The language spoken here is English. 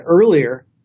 earlier